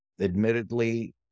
Admittedly